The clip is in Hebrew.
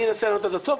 אני אנסה לענות עד הסוף,